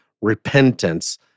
repentance